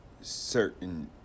certain